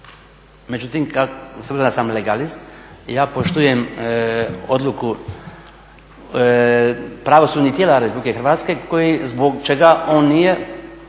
međutim s obzirom da sam legalist, ja poštujem odluku pravosudnih tijela RH zbog čega on nije